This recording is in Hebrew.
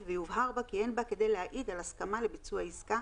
ויובהר בה כי אין בה כדי להעיד על הסכמה לביצוע עסקה